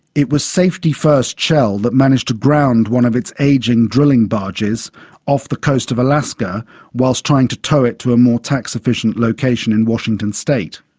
it was safety-first shell that managed to ground one of its ageing drilling barges off the coast of alaska whilst trying to tow it to a more tax-efficient location in washington state.